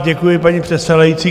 Děkuji, paní předsedající.